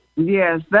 Yes